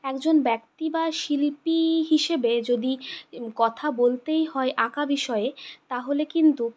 একজন ব্যক্তি বা শিল্পী হিসেবে যদি কথা বলতেই হয় আঁকা বিষয়ে তা হলে কিন্তু